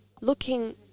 looking